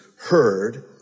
heard